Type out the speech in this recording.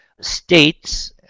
States